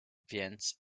więc